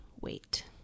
Wait